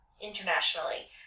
internationally